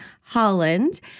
Holland